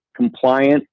Compliant